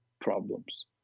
problems